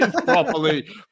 properly